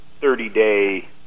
30-day